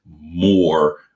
more